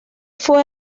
fue